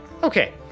okay